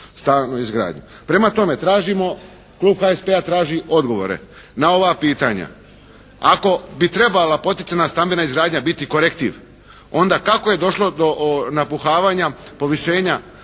Prema tome, tražimo. Klub HSP-a traži odgovore na ova pitanja. Ako bi trebala poticajna stambena izgradnja biti korektiv, onda kako je došlo do napuhavanja, povišenja